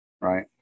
right